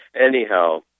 anyhow